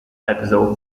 episode